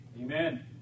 Amen